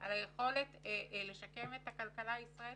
על היכולת לשקם את הכלכלה הישראלית.